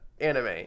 anime